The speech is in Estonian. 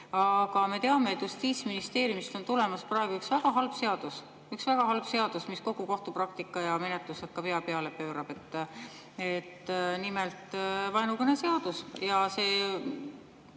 Aga me teame, et Justiitsministeeriumist on tulemas üks väga halb seadus – üks väga halb seadus, mis kogu kohtupraktika ja menetlused pea peale pöörab. Nimelt, vaenukõneseadus. See